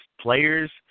Players